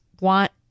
want